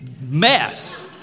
mess